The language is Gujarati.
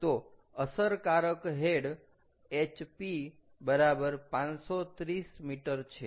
તો અસરકારક હેડ HP બરાબર 530 m છે